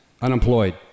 unemployed